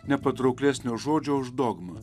nepatrauklesnio žodžio už dogmą